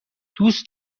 دوست